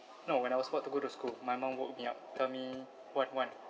no when I was about to go to school my mum woke me up tell me wan wan